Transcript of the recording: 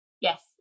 Yes